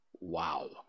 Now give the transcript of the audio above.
Wow